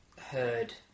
heard